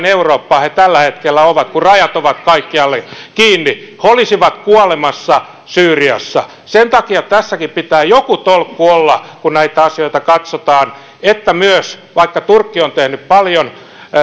eurooppaa he tällä hetkellä olisivat kun rajat ovat kaikkialle kiinni he olisivat kuolemassa syyriassa sen takia tässäkin pitää joku tolkku olla kun näitä asioita katsotaan että vaikka turkki on tehnyt paljon